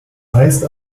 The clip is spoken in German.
heißt